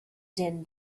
din